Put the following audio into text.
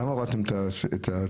למה הורדתם את ---?